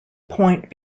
point